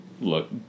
look